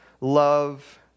love